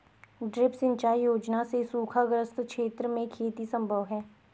drip सिंचाई योजना से सूखाग्रस्त क्षेत्र में खेती सम्भव है